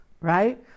right